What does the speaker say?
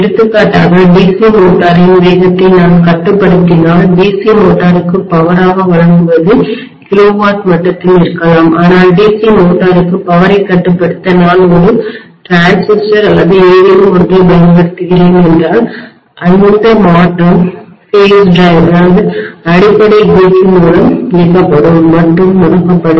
எடுத்துக்காட்டாக DC மோட்டரின் வேகத்தை நான் கட்டுப்படுத்தினால் DC மோட்டருக்குபவராக வழங்குவது கிலோவாட் மட்டத்தில் இருக்கலாம் ஆனால் DC மோட்டருக்கு பவரைக் கட்டுப்படுத்த நான் ஒரு டிரான்சிஸ்டர் அல்லது ஏதேனும் ஒன்றைப் பயன்படுத்துகிறேன் என்றால் அந்த மாற்றம் பேஸ் டிரைவ் அடிப்படை இயக்கி மூலம் இயக்கப்படும் மற்றும் முடக்கப்படும்